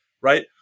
right